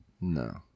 No